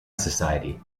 society